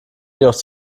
jedoch